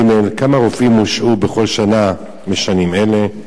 3. כמה רופאים הושעו בכל שנה משנים אלה?